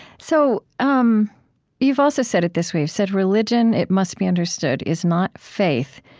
so, um you've also said it this way. you've said, religion, it must be understood, is not faith,